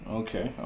okay